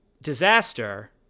Disaster